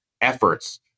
efforts